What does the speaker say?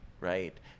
right